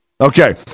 okay